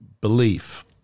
belief